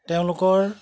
তেওঁলোকৰ